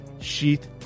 Sheath